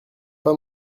pas